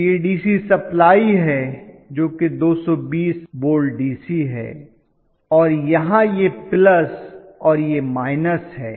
तो यह DC supply है जो कि 220 वोल्ट डीसी है और यहां यह प्लस और यह माइनस है